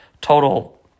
total